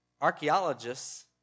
archaeologists